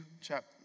chapter